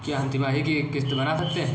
क्या हम तिमाही की किस्त बना सकते हैं?